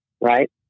Right